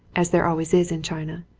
as there always is in china,